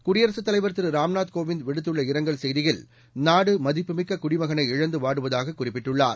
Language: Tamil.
குடியரசுத் தலைவர் திரு ராம்நாத் கோவிந்த் விடுத்துள்ள இரங்கல் செய்தியில் நாடு மதிப்புமிக்க குடிமகனை இழந்து வாடுவதாக குறிப்பிட்டுள்ளார்